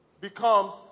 becomes